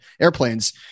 airplanes